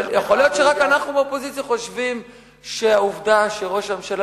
יכול להיות שרק אנחנו באופוזיציה חושבים שהעובדה שראש הממשלה